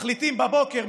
מחליטים בבוקר,